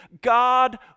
God